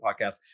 podcast